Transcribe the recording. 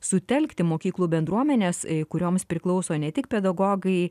sutelkti mokyklų bendruomenes kurioms priklauso ne tik pedagogai